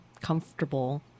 comfortable